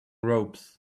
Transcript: ropes